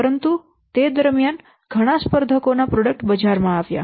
પરંતુ તે દરમિયાન ઘણા સ્પર્ધકો ના પ્રોડક્ટ બજારમાં આવ્યા